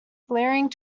flaring